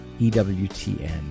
EWTN